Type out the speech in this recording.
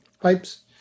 pipes